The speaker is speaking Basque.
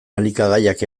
elikagaiak